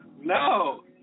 No